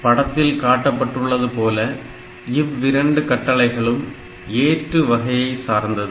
படத்தில் காட்டப்பட்டுள்ளது போல இவ்விரண்டு கட்டளைகளும் ஏற்று வகையை சார்ந்தது